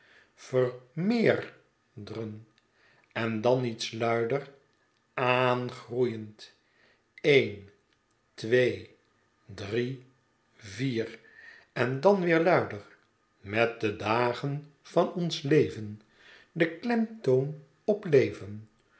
en dan iets luider aangroeiend een twee drie vier en dan weer luider met de dagen van ons leven de klemtoon op leven